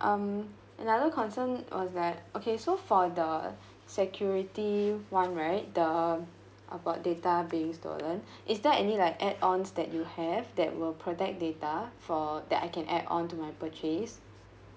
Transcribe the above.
um another concern was that okay so for the security one right the about data being stolen is there any like add ons that you have that will protect data for that I can add on to my purchase